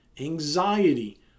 anxiety